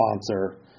sponsor